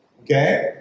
okay